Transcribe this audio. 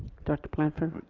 director blanford.